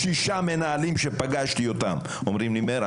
שפגשתי אותם: מאיר,